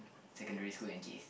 secondary school and J_C